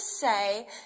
say